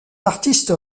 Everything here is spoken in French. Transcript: artiste